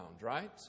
right